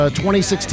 2016